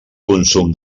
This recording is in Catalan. consum